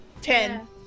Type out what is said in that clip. Ten